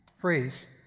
phrase